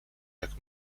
jak